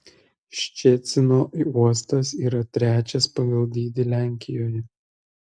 ščecino uostas yra trečias pagal dydį lenkijoje